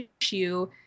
issue